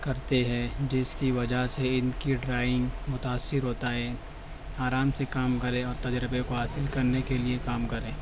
کرتے ہیں جس کی وجہ سے ان کی ڈرائنگ متاثر ہوتا ہے آرام سے کام کریں اور تجربے کو حاصل کرنے کے لیے کام کریں